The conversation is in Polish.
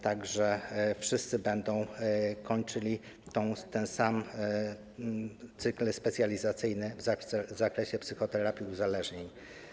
Tak że wszyscy będą kończyli ten sam cykl specjalizacyjny w zakresie psychoterapii uzależnień.